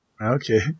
Okay